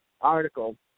article